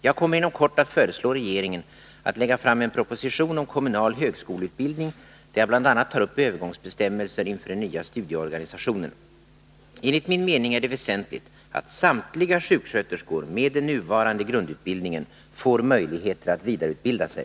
Jag kommer inom kort att föreslå regeringen att lägga fram en proposition om kommunal högskoleutbildning m.m. där jag bl.a. tar upp övergångsbestämmelser inför den nya studieorganisationen. Enligt min mening är det väsentligt att samtliga sjuksköterskor med den nuvarande grundutbildningen får möjligheter att vidareutbilda sig.